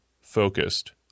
focused